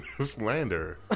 slander